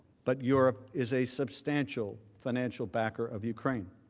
but europe is a substantial financial backer of ukraine.